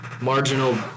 marginal